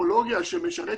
טכנולוגיה שמשרת